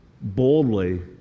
boldly